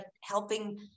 helping